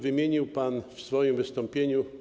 Wymienił pan w swoim wystąpieniu.